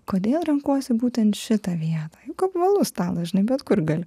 kodėl renkuosi būtent šitą vietą juk apvalus stalas žinai bet kur gali